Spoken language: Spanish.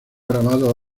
grabado